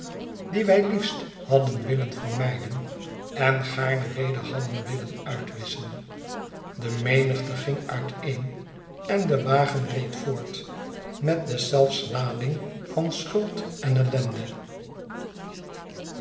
dien wij liefst hadden willen vermijden en gaarne weder hadden willen uitwisschen de menigte ging uiteen en de wagen reed voort met deszelfs lading van schuld en ellende